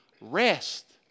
rest